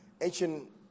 ancient